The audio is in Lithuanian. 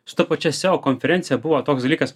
su ta pačia seo konferencija buvo toks dalykas